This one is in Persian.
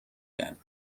کرد